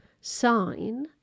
sign